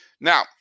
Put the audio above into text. Now